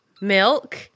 milk